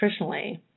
nutritionally